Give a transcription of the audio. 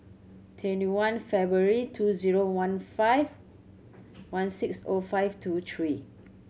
twenty one February two zero one five one six O five two three